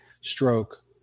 stroke